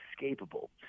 inescapable